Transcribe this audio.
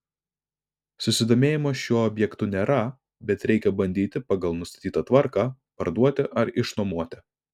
susidomėjimo šiuo objektu nėra bet reikia bandyti pagal nustatytą tvarką parduoti ar išnuomoti